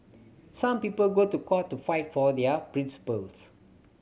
some people go to court to fight for their principles